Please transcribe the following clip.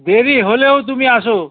দেরি হলেও তুমি আসো